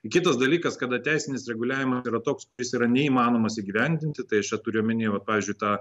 kitas dalykas kada teisinis reguliavimas yra toks kuris yra neįmanomas įgyvendinti tai aš čia turiu omeny vat pavyzdžiui tą